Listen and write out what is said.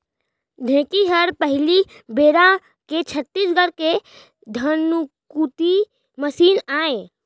ढेंकी हर पहिली बेरा के छत्तीसगढ़ के धनकुट्टी मसीन आय